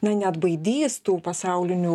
na neatbaidys tų pasaulinių